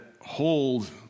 hold